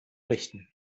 richten